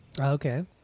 Okay